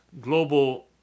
global